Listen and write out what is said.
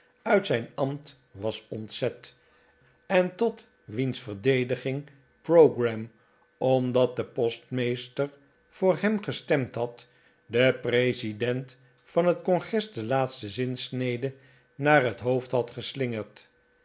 uit zijn ambt was ontzet en tot wiens verdediging pogram omdat de postmeester voor hem gestemd had den president van het congres de laatste zinsnede naar het hoofd had geslingerd